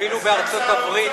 אפילו בארצות-הברית,